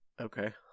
Okay